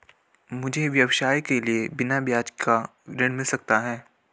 मुझे व्यवसाय के लिए बिना ब्याज का ऋण मिल सकता है?